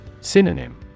Synonym